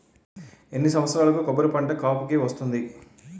ఎన్ని సంవత్సరాలకు కొబ్బరి పంట కాపుకి వస్తుంది?